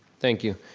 thank you,